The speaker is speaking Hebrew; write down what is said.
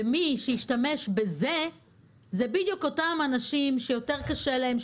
מי שישתמש בזה זה בדיוק אותם אנשים שיותר קשה להם,